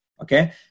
okay